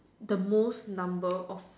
the most number of